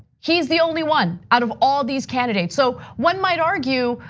he's the only one out of all these candidates. so, one might argue,